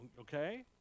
Okay